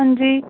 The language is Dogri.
हांजी